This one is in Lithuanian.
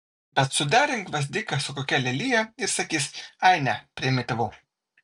bet suderink gvazdiką su kokia lelija ir sakys ai ne primityvu